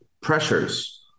pressures